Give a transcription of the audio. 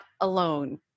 alone